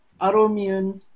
autoimmune